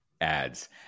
ads